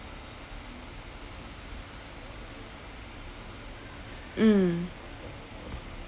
mm